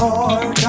Lord